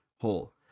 hole